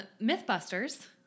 Mythbusters